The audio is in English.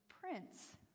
prince